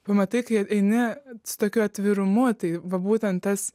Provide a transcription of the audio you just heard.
pamatai kai eini su tokiu atvirumu tai va būtent tas